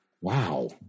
Wow